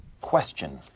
Question